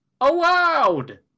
Allowed